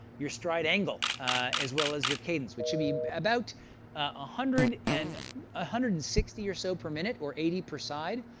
your stride angle as well as your cadence, which should be about ah one and ah hundred and sixty or so per minute or eighty per side,